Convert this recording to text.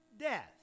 death